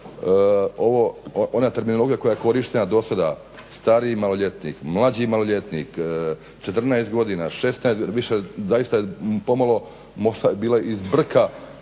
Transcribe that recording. da ona terminologija koja je korištena do sada stariji maloljetnik, mlađi maloljetnik, 14 godina, 16 godina, više zaista pomalo možda je bila i zbrka,